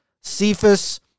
Cephas